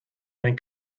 ein